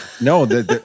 No